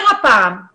הפעם הענף הזה ייגמר.